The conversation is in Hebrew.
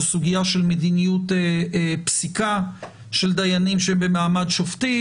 זו סוגיה של מדיניות פסיקה של דיינים שהם במעמד שופטים.